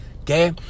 okay